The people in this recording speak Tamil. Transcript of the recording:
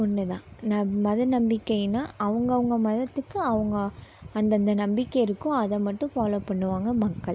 ஒன்று தான் மத நம்பிக்கையினா அவங்க அவங்க மதத்திக்கு அவங்க அந்தந்த நம்பிக்கை இருக்கும் அதை மட்டும் ஃபாலோவ் பண்ணுவாங்க மக்கள்